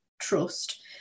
trust